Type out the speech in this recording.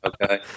Okay